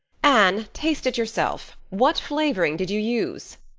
anne, taste it yourself. what flavoring did you use?